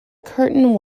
curtain